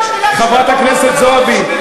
זה לא היסטוריה,